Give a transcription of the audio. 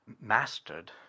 mastered